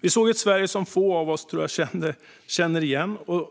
Vi såg ett Sverige som få av oss känner igen - ett Sverige